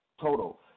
total